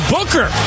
Booker